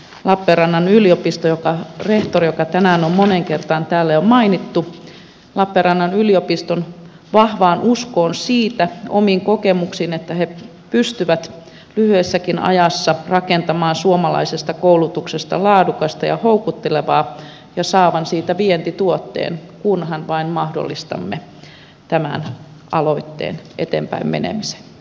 lappeenrannan yliopistolla jonka rehtori tänään on moneen kertaan täällä jo mainittu on vahva usko siihen omiin kokemuksiin pohjautuen että he pystyvät lyhyessäkin ajassa rakentamaan suomalaisesta koulutuksesta laadukasta ja houkuttelevaa ja saamaan siitä vientituotteen kunhan vain mahdollistamme tämän aloitteen eteenpäinmenemisen